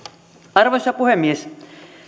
arvoisa puhemies